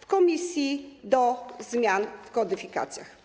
w komisji do spraw zmian w kodyfikacjach.